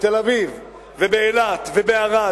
בתל-אביב ובאילת ובערד,